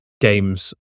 games